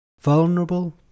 vulnerable